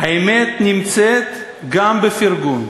האמת נמצאת גם בפרגון.